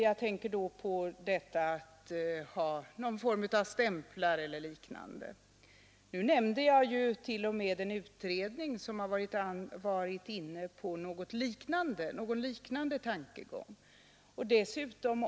Jag tänker då på någon form av stämplar eller liknande, och jag nämnde en utredning som varit inne på någon liknande tankegång.